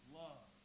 love